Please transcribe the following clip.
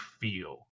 feel